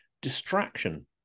distraction